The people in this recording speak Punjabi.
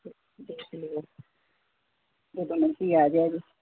ਦੇਖ ਲਿਓ ਤੁਸੀਂ ਆ ਜਿਓ